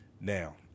now